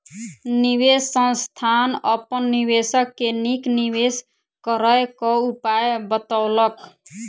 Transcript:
निवेश संस्थान अपन निवेशक के नीक निवेश करय क उपाय बतौलक